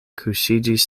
kuŝiĝis